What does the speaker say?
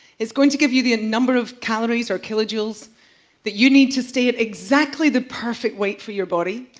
is going to give you the number of calories or kilojoules that you need to stay at exactly the perfect weight for your body.